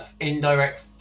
indirect